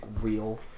real